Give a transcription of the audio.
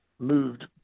moved